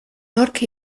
nork